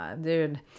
dude